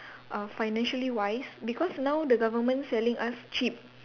uh financially wise because now the government selling us cheap